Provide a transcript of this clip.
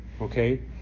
Okay